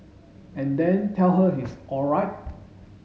and then tell her it's alright